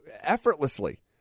effortlessly